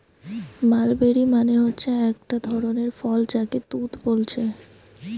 mulberry মানে হচ্ছে একটা ধরণের ফল যাকে তুত বোলছে